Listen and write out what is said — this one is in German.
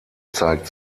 zeigt